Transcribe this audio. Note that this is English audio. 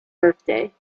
birthday